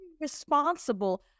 Responsible